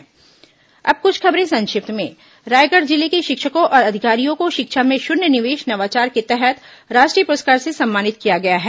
संक्षिप्त समाचार अब कुछ अन्य खबरें संक्षिप्त में रायगढ़ जिले के शिक्षकों और अधिकारियों को शिक्षा में शून्य निवेश नवाचार के तहत राष्ट्रीय पुरस्कार से सम्मानित किया गया है